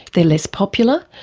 they're less popular,